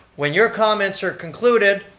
when your comments are concluded,